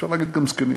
אפשר להגיד גם זקנים.